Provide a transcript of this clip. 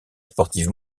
sportives